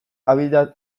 abiatu